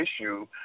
issue